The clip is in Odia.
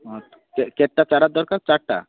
ହଁ କେତଟା ଚାରା ଦରକାର ଚାରଟା